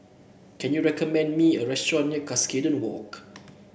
can you recommend me a restaurant near Cuscaden Walk